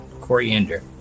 Coriander